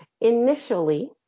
initially